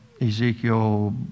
Ezekiel